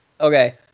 Okay